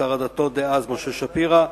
שר הדתות דאז משה שפירא,